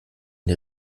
der